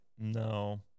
no